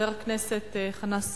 חבר הכנסת חנא סוייד.